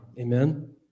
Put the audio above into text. Amen